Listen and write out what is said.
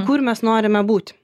kur mes norime būti